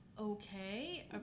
okay